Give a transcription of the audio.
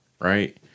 Right